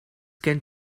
gen